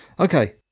Okay